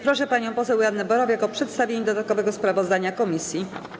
Proszę panią Joannę Borowiak o przedstawienie dodatkowego sprawozdania komisji.